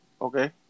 Okay